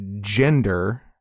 gender